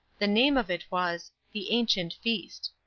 the name of it was the ancient feast.